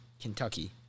Kentucky